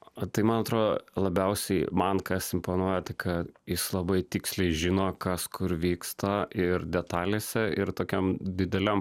o tai man atrodo labiausiai man kas imponuoja tai kad jis labai tiksliai žino kas kur vyksta ir detalėse ir tokiam dideliam